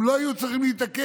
הם לא היו צריכים להתעקש.